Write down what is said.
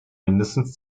mindestens